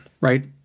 right